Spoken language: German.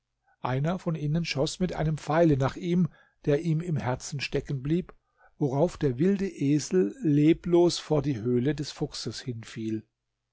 einer von ihnen schoß mit einem pfeile nach ihm der im herzen stecken blieb worauf der wilde esel leblos vor die höhle des fuchses